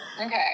Okay